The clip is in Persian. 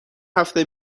هفته